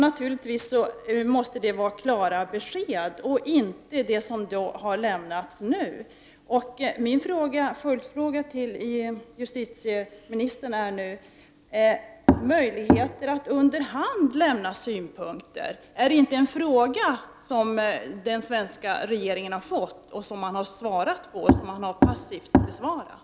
Naturligtvis måste det ges klara besked — inte ett sådant som har lämnats nu. Har den svenska regeringen inte möjligheter att under hand lämna synpunkter? Har den svenska regeringen inte fått denna fråga som man passivt har besvarat?